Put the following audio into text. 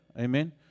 Amen